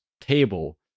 table